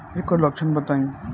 ऐकर लक्षण बताई?